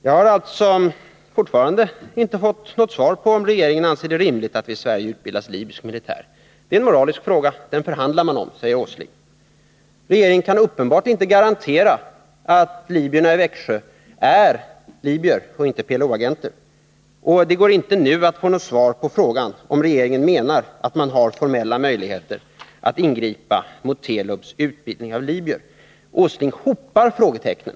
Jag har fortfarande inte fått svar på frågan om regeringen anser det rimligt att det i Sverige utbildas libysk militär. Det är en moralisk fråga, den förhandlar man om, säger Nils Åsling. Regeringen kan uppenbarligen inte garantera att libyerna i Växjö är libyer och inte PLO-agenter. Det går inte nu att få något svar på frågan om regeringen menar att den har formella möjligheter att ingripa mot Telubs utbildning av libyer. Nils Åsling hopar frågetecknen.